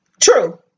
True